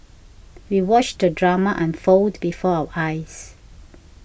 we watched the drama unfold before our eyes